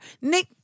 Nick